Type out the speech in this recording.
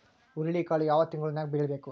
ಹುರುಳಿಕಾಳು ಯಾವ ತಿಂಗಳು ನ್ಯಾಗ್ ಬೆಳಿಬೇಕು?